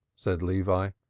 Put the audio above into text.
said levi,